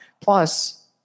Plus